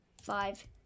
five